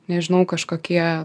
nežinau kažkokie